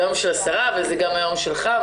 זה היום של השרה וגם היום שלך.